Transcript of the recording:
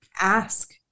ask